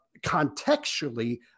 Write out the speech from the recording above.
contextually